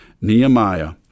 Nehemiah